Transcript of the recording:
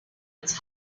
its